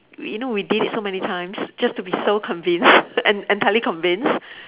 we you know we did it so many times just to be so convinced en~ entirely convinced